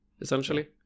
essentially